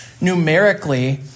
numerically